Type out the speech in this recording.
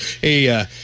Hey